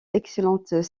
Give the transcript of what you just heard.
excellentes